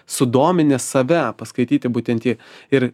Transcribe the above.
sudominęs save paskaityti būtent jį ir